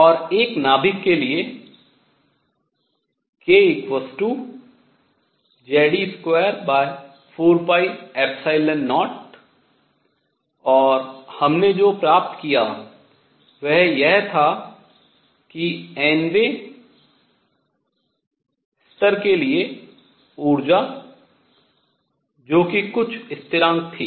और एक नाभिक के लिए kZe24π0 और हमने जो प्राप्त किया वह यह था कि nवें स्तर के लिए ऊर्जा जो कि कुछ स्थिरांक थी